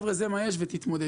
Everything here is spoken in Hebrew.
זה מה שיש ותתמודדו.